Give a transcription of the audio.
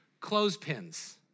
Clothespins